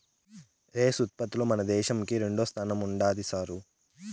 rice ఉత్పత్తిలో మన దేశంకి రెండోస్థానం ఉండాది సారూ